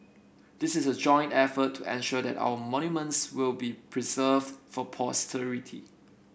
this is a joint effort to ensure that our monuments will be preserved for posterity